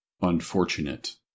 unfortunate